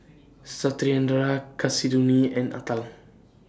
Satyendra Kasinadhuni and Atal